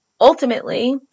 ultimately